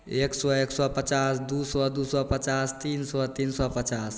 एक सओ एक सओ पचास दुइ सओ दुइ सओ पचास तीन सओ तीन सओ पचास